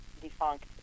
defunct